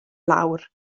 lawr